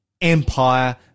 empire